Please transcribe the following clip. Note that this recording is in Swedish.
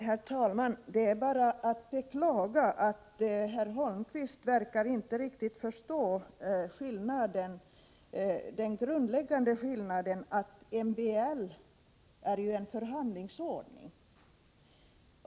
Herr talman! Det är bara att beklaga att herr Holmkvist inte verkar att riktigt förstå den grundläggande skillnaden, nämligen den att MBL ju är en förhandlingsordning.